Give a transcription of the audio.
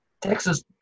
Texas